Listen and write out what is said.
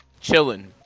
Chilling